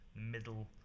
middle